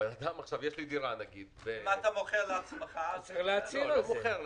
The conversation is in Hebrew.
אם אתה מוכר לעצמך --- אני לא מוכר לעצמי.